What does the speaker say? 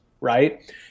right